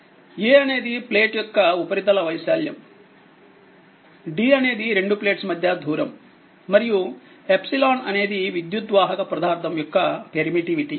A అనేది plate యొక్క ఉపరితల వైశాల్యం d అనేదిరెండు ప్లేట్స్మధ్య దూరంమరియు € ఎప్సిలాన్అనేది విద్యుద్వాహక పదార్థం యొక్క పెర్మిటివిటీ